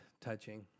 touching